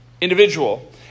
individual